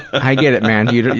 and i get it, man. you know